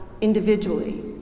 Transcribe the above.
individually